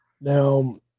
Now